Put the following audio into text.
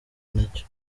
nacyo